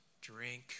drink